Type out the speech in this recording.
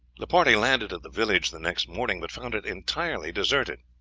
the party landed at the village the next morning, but found it entirely deserted.